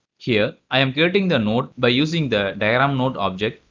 here i am getting the note by using the diagram node object,